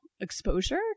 exposure